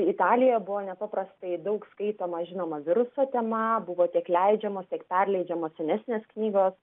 italija buvo nepaprastai daug skaitoma žinoma viruso tema buvo tiek leidžiamos tiek perleidžiamos senesnės knygos